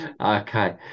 okay